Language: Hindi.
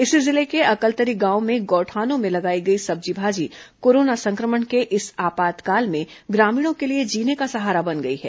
इसी जिले के अकलतरी गांव में गौठानों में लगाई गई सब्जी भाजी कोरोना संक्र म ण के इस आपातकाल में ग्रामीणों के लिए जीने का सहारा बन गई है